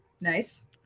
nice